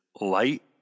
light